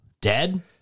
Dead